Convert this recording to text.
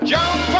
Jump